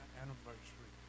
anniversary